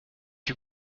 you